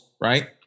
right